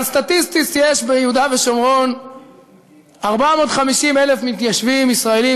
אבל סטטיסטית יש ביהודה ושומרון 450,000 מתיישבים ישראלים,